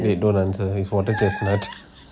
eh don't answer is water chestnut